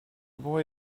boy